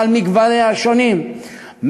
על גווניה השונים,